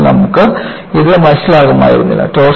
അല്ലെങ്കിൽ നമുക്ക് ഇത് മനസ്സിലാകുമായിരുന്നില്ല